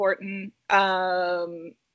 important